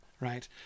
right